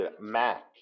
Mac